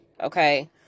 okay